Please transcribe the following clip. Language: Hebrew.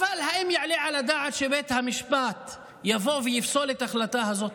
אבל האם יעלה על הדעת שבית המשפט יבוא ויפסול את ההחלטה הזאת?